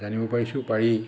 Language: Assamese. জানিব পাৰিছোঁ পাৰি